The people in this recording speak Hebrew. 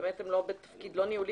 כשבאמת הם לא בתפקיד ניהולי.